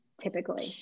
typically